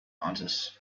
aunts